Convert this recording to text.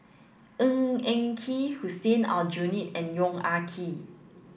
Ng Eng Kee Hussein Aljunied and Yong Ah Kee